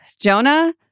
Jonah